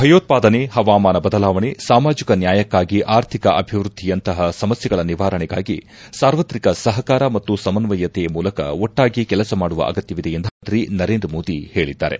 ಭಯೋತ್ಪಾದನೆ ಹವಾಮಾನ ಬದಲಾವಣೆ ಸಾಮಾಜಿಕ ನ್ಯಾಯಕ್ಕಾಗಿ ಆರ್ಥಿಕ ಅಭಿವೃದ್ದಿಯಂತಹ ಸಮಸ್ಟೆಗಳ ನಿವಾರಣೆಗಾಗಿ ಸಾರ್ವತ್ರಿಕ ಸಹಕಾರ ಮತ್ತು ಸಮನ್ನಯತೆಯ ಮೂಲಕ ಒಟ್ಲಾಗಿ ಕೆಲಸ ಮಾಡುವ ಅಗತ್ತವಿದೆ ಎಂದು ಪ್ರಧಾನಮಂತ್ರಿ ನರೇಂದ್ರ ಮೋದಿ ಹೇಳಿದ್ದಾರೆ